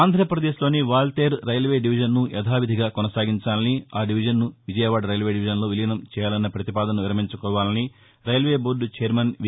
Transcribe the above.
ఆంధ్రప్రదేశ్లోని వాల్తేరు రైల్వే డివిజన్ను యధావిధిగా కొనసాగించాలని ఆ డివిజన్ను విజయవాడ రైల్వే డివిజన్లో విలీనం చేయాలన్న ప్రతిపాదసను విరమించుకోవాలని రైల్వే బోర్ట రైర్యన్ వి